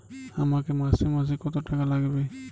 আমাকে মাসে মাসে কত টাকা লাগবে?